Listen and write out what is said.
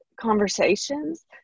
conversations